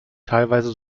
teilweise